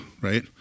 right